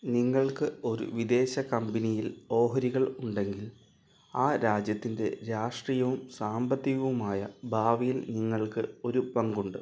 നിങ്ങൾക്ക് ഒരു വിദേശ കമ്പനിയിൽ ഓഹരികൾ ഉണ്ടെങ്കിൽ ആ രാജ്യത്തിൻ്റെ രാഷ്ട്രീയവും സാമ്പത്തികവുമായ ഭാവിയിൽ നിങ്ങൾക്ക് ഒരു പങ്കുണ്ട്